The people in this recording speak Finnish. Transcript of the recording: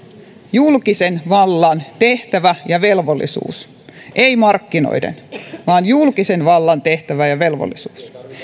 julkisen vallan tehtävä ja velvollisuus ei markkinoiden vaan julkisen vallan tehtävä ja velvollisuus